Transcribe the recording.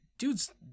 Dude's